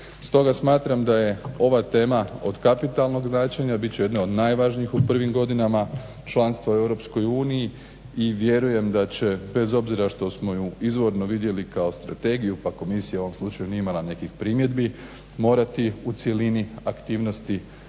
Stoga smatram da je ova tema od kapitalnog značenja, bit će jedna od najvažnijih u prvim godinama članstva u EU i vjerujem da će bez obzira što smo ju izvorno vidjeli kao strategiju pa komisija u ovom slučaju nije imala nekih primjedbi morati u cjelini aktivnosti